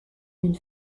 une